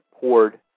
poured